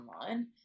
online